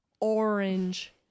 orange